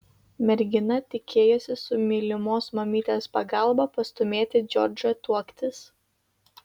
mergina tikėjosi su mylimos mamytės pagalba pastūmėti džordžą tuoktis